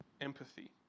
empathy